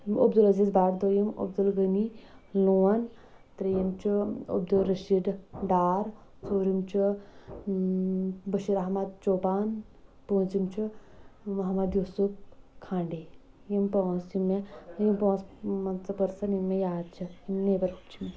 عبدُل عٔزیز بٹ دۄیم عبدُل غٔنی لون ترٛیٚیِم چھُ عبدُل رشیٖد ڈار ژورم چھُ بٔشیر احمد چوپان پوٗنٛژم چھُ محمد یوٗسُف خانڈے یِم پانٛژھ چھِ مےٚ یِم پانٛژھ مان ژٕ پٔرسن یِم مےٚ یاد چھِ نیٚبریُڈ چھِ مےٚ